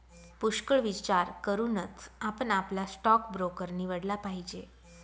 पुष्कळ विचार करूनच आपण आपला स्टॉक ब्रोकर निवडला पाहिजे